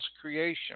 creation